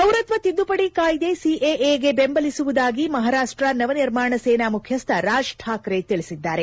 ಪೌರತ್ವ ತಿದ್ದುಪಡಿ ಕಾಯ್ದೆ ಸಿಎಎಗೆ ಬೆಂಬಲಿಸುವುದಾಗಿ ಮಹಾರಾಪ್ಷ ನವನಿರ್ಮಾಣ ಸೇನಾ ಮುಖ್ಚಸ್ಟ ರಾಜ್ ಶಾಕ್ರೆ ತಿಳಿಸಿದ್ದಾರೆ